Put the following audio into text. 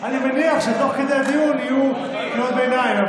אני מניח שתוך כדי הדיון יהיו קריאות ביניים,